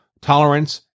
tolerance